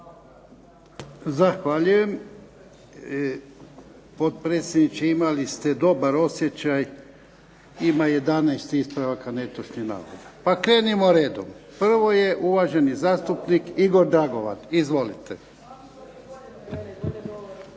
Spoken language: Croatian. Zahvaljujem. Potpredsjedniče imali se dobar osjećaj, ima 11 ispravaka netočnih navoda. Pa krenimo redom. Prvo je uvaženi zastupnik Igor Dragovan. Izvolite.